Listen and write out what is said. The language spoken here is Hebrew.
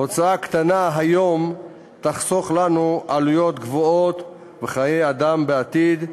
הוצאה קטנה היום תחסוך לנו עלויות גבוהות וחיי אדם בעתיד.